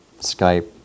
skype